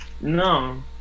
No